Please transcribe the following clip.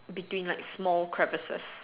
between like small crevasses